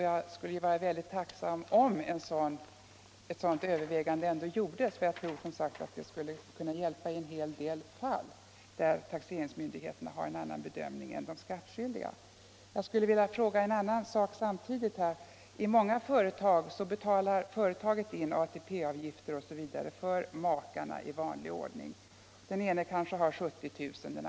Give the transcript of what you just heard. Jag skulle vara väldigt tacksam om ett sådant övervägande ändå gjordes, för jag tror som sagt att det skulle kunna hjälpa i en hel del fall där taxeringsmyndigheterna har en annan bedömning än de skattskyldiga. Jag vill samtidigt fråga om en annan sak. Många företag betalar in ATP-avgifter osv. för makarna i vanlig ordning. Den enes årsinkomst är kanske 70 000 kr.